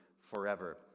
forever